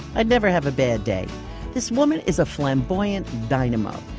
i'd never have a bad day this woman is a flamboyant dynamo.